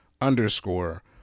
underscore